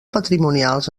patrimonials